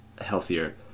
healthier